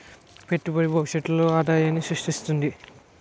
పెట్టుబడి భవిష్యత్తులో ఆదాయాన్ని స్రృష్టిస్తుంది